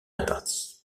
réparties